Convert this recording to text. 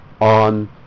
on